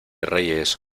reyes